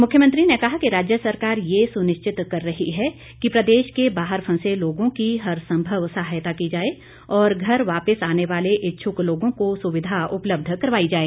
मुख्यमंत्री ने कहा कि राज्य सरकार ये सुनिश्चित कर रही है कि प्रदेश के बाहर फंसे लोगों की हर संभव सहायता की जाए और घर वापिस आने वाले इच्छुक लोगों को सुविधा उपलब्ध करवाई जाए